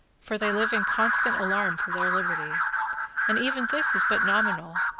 for they live in constant alarm for their liberty and even this is but nominal,